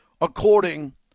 according